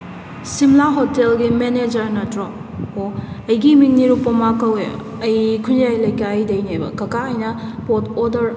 ꯁꯤꯝꯂꯥ ꯍꯣꯇꯦꯜꯒꯤ ꯃꯦꯅꯦꯖꯔ ꯅꯠꯇ꯭ꯔꯣ ꯑꯣ ꯑꯩꯒꯤ ꯃꯤꯡ ꯅꯤꯔꯨꯄꯃꯥ ꯀꯧꯏ ꯑꯩ ꯈꯨꯟꯌꯥꯏ ꯂꯩꯀꯥꯏꯗꯒꯤꯅꯦꯕ ꯀꯀꯥ ꯍꯣꯏꯅ ꯄꯣꯠ ꯑꯣꯔꯗꯔ